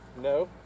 no